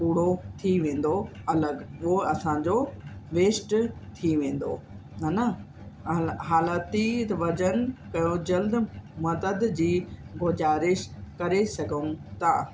कुड़ो थी वेंदो अलॻि उहो असांजो वेस्ट थी वेंदो है न हा हालतिनि वज़नु कयो जल्द मदद जी गुज़ारिश करे सघूं त